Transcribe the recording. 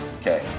Okay